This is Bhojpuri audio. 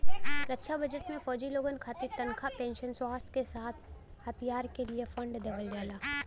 रक्षा बजट में फौजी लोगन खातिर तनखा पेंशन, स्वास्थ के साथ साथ हथियार क लिए फण्ड देवल जाला